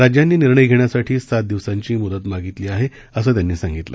राज्यांनी निर्णय घेण्यासाठी सात दिवसाची म्दत मागितली असल्याचं त्यांनी सांगितलं